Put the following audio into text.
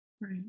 Right